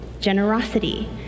generosity